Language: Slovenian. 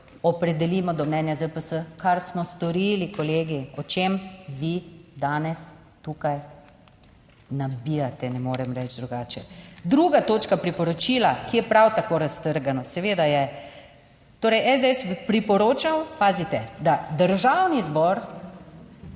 opredelimo do mnenja ZPS, kar smo storili kolegi. O čem vi danes tukaj nabijate, ne morem reči drugače. Druga točka priporočila, ki je prav tako raztrgano, seveda je. Torej SDS priporočal, pazite, da Državni zbor